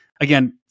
again